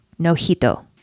Nojito